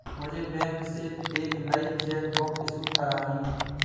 मुझे बैंक से एक नई चेक बुक इशू करानी है